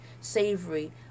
savory